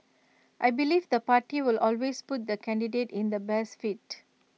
I believe the party will always put the candidate in the best fit